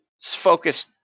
focus